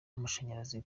amashanyarazi